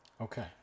Okay